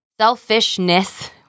selfishness